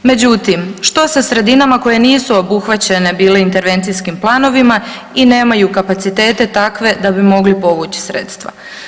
Međutim, što sa sredinama koje nisu obuhvaćene bile intervencijskim planovima i nemaju kapacitete takve da bi mogle povući sredstva.